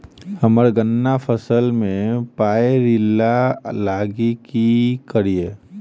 हम्मर गन्ना फसल मे पायरिल्ला लागि की करियै?